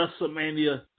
WrestleMania